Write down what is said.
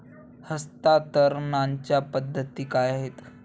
हस्तांतरणाच्या पद्धती काय आहेत?